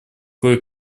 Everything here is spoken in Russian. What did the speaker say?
кое